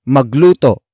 Magluto